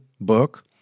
book